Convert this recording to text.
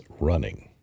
running